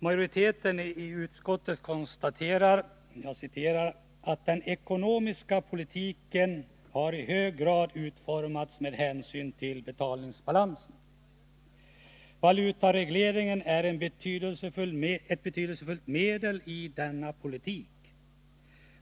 Majoriteten i utskottet konstaterar: ”Den ekonomiska politiken har i hög grad utformats med hänsyn till betalningsbalansen. Valutaregleringen är ett betydelsefullt medel i denna politik.